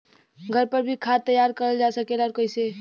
घर पर भी खाद तैयार करल जा सकेला और कैसे?